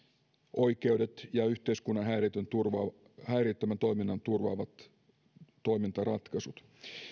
oikeudet ja yhteiskunnan häiriöttömän toiminnan turvaavat toimintaratkaisut